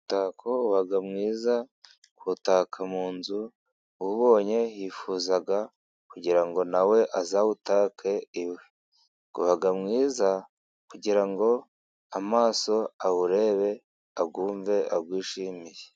Umutako uba mwiza kuwutaka mu nzu uwubonye yifuza kugira ngo nawe azawutake iwe, uba mwiza kugira ngo amaso awurebe, awumve awishimiye.